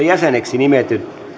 jäseneksi nimitetyn